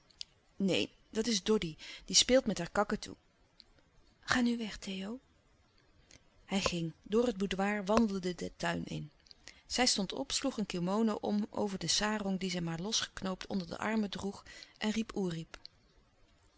neen dat is doddy die speelt met haar kakatoe ga nu weg heo ij ging door het boudoir wandelde den tuin in zij stond op sloeg een kimono om over den sarong dien zij maar los geknoopt onder de armen droeg en riep